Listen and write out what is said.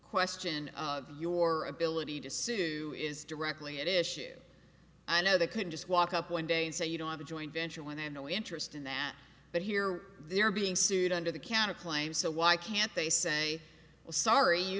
question of your ability to sue is directly it is sheer i know they could just walk up one day and say you don't have a joint venture with a no interest in that but here they're being sued under the counter claim so why can't they say sorry you